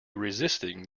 resisting